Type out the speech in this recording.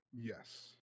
Yes